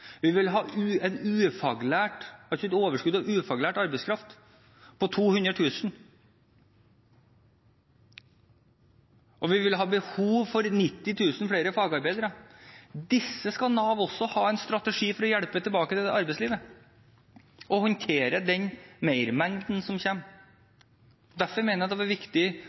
Vi vil ha et overskudd på 200 000 av ufaglært arbeidskraft, og vi vil ha behov for 90 000 flere fagarbeidere. Disse skal Nav også ha en strategi for å hjelpe tilbake til arbeidslivet, og håndtere den mermengden som kommer. Derfor mener jeg det var viktig